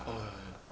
oh ya ya